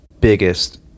biggest